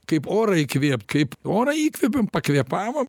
kaip orą įkvėpt kaip orą įkvėpėm pakvėpavom